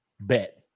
Bet